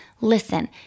Listen